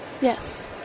Yes